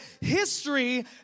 history